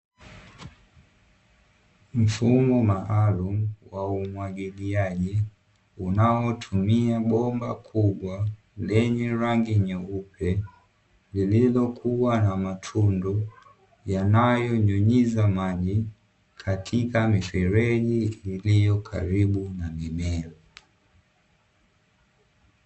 Mfumo maalumu wa umwagiliaji unaotumia bomba kubwa lenye rangi nyeupe, lililokuwa na matundu yanayonyunyiza maji katika mifereji iliyo karibu na mimea.